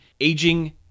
aging